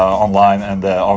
online and on